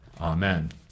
Amen